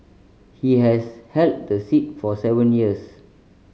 he has held the seat for seven years